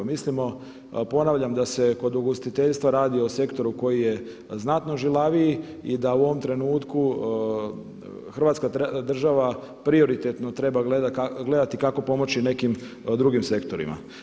Mislimo ponavljam da se kod ugostiteljstva radi o sektoru koji je znatno žilaviji i da u ovom trenutku hrvatska država prioritetno treba gledati kako pomoći nekim drugim sektorima.